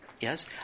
Yes